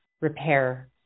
repair